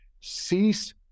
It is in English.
cease